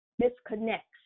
disconnects